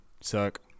suck